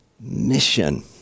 mission